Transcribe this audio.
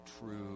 true